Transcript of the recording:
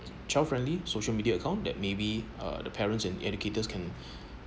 child friendly social media account that maybe uh the parents and educators can